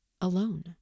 alone